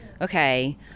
okay